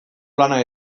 lana